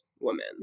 woman